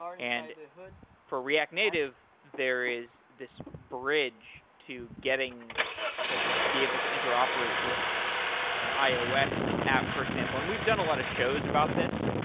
and for react native, there is this bridge to getting to be able to interoperate with an ios app, for example. and we've done a lot of shows about this,